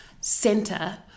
center